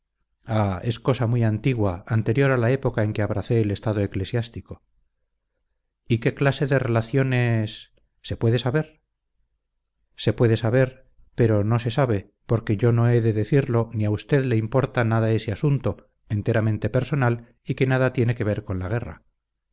ah es cosa muy antigua anterior a la época en que abracé el estado eclesiástico y qué clase de relaciones se puede saber se puede saber pero no se sabe porque yo no he de decirlo ni a usted le importa nada ese asunto enteramente personal y que nada tiene que ver con la guerra